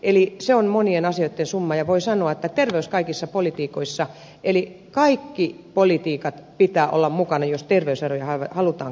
eli se on monien asioitten summa ja voi sanoa että terveys kaikissa politiikoissa eli kaikkien politiikkojen pitää olla mukana jos terveyseroja halutaan kaventaa